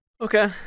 Okay